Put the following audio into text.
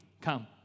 come